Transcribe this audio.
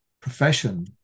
profession